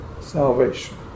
salvation